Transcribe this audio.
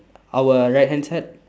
our right hand side